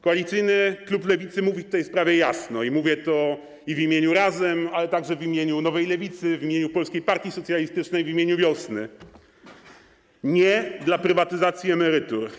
Koalicyjny klub Lewicy mówi w tej sprawie jasno, i mówię to i w imieniu Razem, ale także w imieniu Nowej Lewicy, w imieniu Polskiej Partii Socjalistycznej, w imieniu Wiosny: nie dla prywatyzacji emerytur.